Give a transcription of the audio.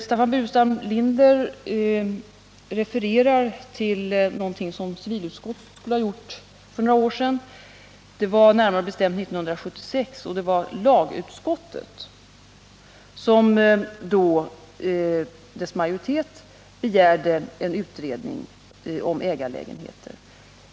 Staffan Burenstam Linder refererar till något som civilutskottet skulle ha gjort för några år sedan. Det var närmare bestämt 1976, då lagutskottets majoritet begärde en utredning om ägarlägenheter.